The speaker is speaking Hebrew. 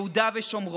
את יהודה ושומרון,